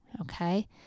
okay